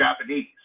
Japanese